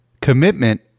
commitment